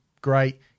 great